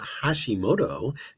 Hashimoto